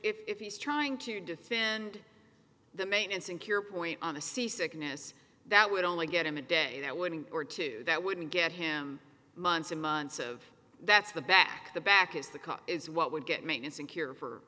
if he's trying to defend the maintenance and cure point on the sea sickness that would only get him a day that winning or two that wouldn't get him months and months of that's the back the back is the cut is what would get maintenance and cure for